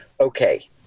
Okay